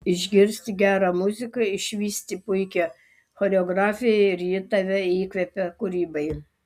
išgirsti gerą muziką išvysti puikią choreografiją ir ji tave įkvepia kūrybai